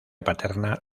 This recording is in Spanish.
paterna